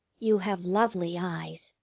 you have lovely eyes,